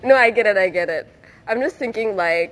no I get it I get it I'm just thinking like